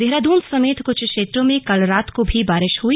देहरादून समेत कुछ क्षेत्रों में कल रात को भी बारिश हुई